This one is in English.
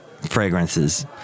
fragrances